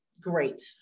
great